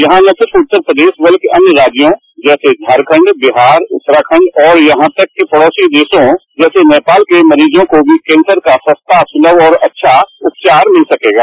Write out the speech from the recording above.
यहां न सिर्फ उत्तर प्रदेश बल्कि अन्य राज्यों जैसे झारखंड बिहार उत्तराखंड और यहां तक की पड़ोसी देशों नेपाल के के मरीजों को भी कैसर का सस्ता सुलभ और अच्छा इलाज मिल सकेगा